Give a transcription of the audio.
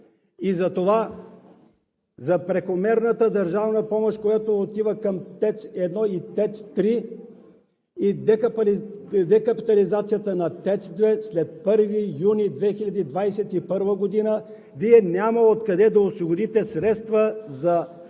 г. Затова, за прекомерната държавна помощ, която отива към ТЕЦ 1 и ТЕЦ 3, и декапитализацията на ТЕЦ 2 след 1 юни 2021 г. Вие няма откъде да осигурите средства за